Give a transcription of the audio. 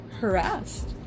harassed